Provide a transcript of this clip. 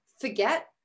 forget